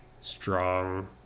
strong